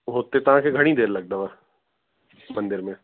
हुते तव्हांखे घणी देरि लगंदव मंदिर में